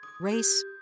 race